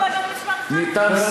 חברת הכנסת שפיר, סליחה.